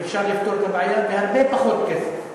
ואפשר לפתור את הבעיה בהרבה פחות כסף.